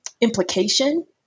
implication